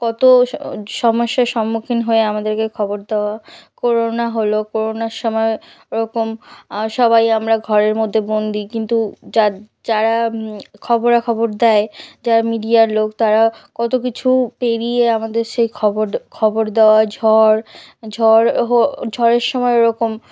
কত স সমস্যার সম্মুখীন হয়ে আমাদেরকে খবর দেওয়া করোনা হল করোনার সময় ওরকম সবাই আমরা ঘরের মধ্যে বন্দী কিন্তু যার যারা খবরাখবর দেয় যারা মিডিয়ার লোক তারা কত কিছু পেরিয়ে আমাদের সেই খবর খবর দেওয়া ঝড় ঝড় হ ঝড়ের সময় ওরকম